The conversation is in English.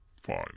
fine